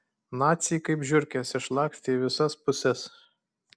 naciai kaip žiurkės išlakstė į visas puses